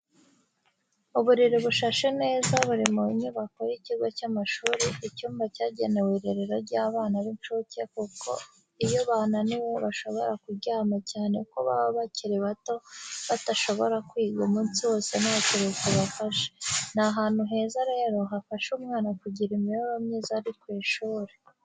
Uburiri bushashe neza buri mu nyubako y'ikigo cy'amashuri, icyumba cyagenewe irerero ry'abana b'incuke kuko iyo bananiwe bashobora kuryama cyane ko baba bakiri bato batashobora kwiga umunsi wose nta kiruhuko bafashe, ni ahantu heza rero hafasha umwana kugira imibereho myiza ari ku ishuri.